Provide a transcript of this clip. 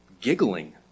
giggling